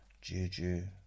Juju